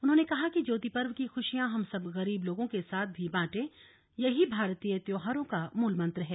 उन्होंने कहा कि ज्योति पर्व की खुशियां हम गरीब लोगों के साथ भी बांटे यही भारतीय त्योहारों का मूल मंत्र है